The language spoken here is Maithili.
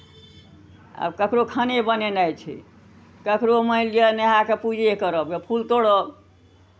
आब ककरो खाने बनेनाइ छै ककरो मानि लिअ नहा कऽ पूजे करब गे फूल तोड़ब